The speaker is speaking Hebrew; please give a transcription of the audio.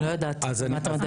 אני לא יודעת על מה אתה מדבר.